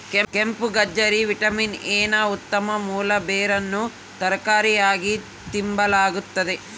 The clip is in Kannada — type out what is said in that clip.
ಕೆಂಪುಗಜ್ಜರಿ ವಿಟಮಿನ್ ಎ ನ ಉತ್ತಮ ಮೂಲ ಬೇರನ್ನು ತರಕಾರಿಯಾಗಿ ತಿಂಬಲಾಗ್ತತೆ